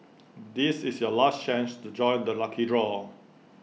this is your last chance to join the lucky draw